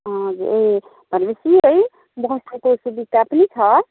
हजुर ए भनेपछि है बसाइको सुविधा पनि छ